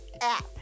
app